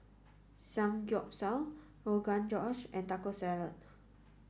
Samgyeopsal Rogan Josh and Taco Salad